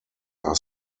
are